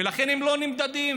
ולכן הם לא נמדדים.